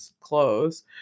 clothes